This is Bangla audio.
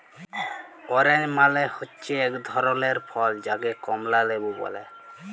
অরেঞ্জ মালে হচ্যে এক ধরলের ফল যাকে কমলা লেবু ব্যলে